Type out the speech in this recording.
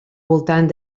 voltant